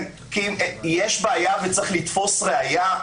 כי אם יש בעיה וצריך לתפוס ראיה,